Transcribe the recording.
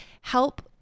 help